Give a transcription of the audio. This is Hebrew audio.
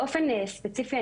באופן ספציפי,